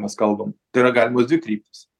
mes kalbam tai yra galimos dvi kryptys